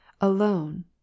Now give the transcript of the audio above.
Alone